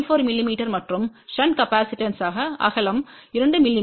4 மிமீ மற்றும் shunt capacitance அகலம் 2 மி